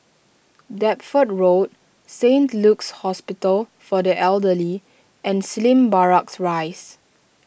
Deptford Road Saint Luke's Hospital for the Elderly and Slim Barracks Rise